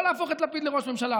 לא להפוך את לפיד לראש ממשלה,